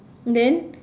then